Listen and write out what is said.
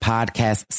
Podcast